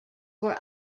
were